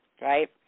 right